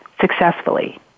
successfully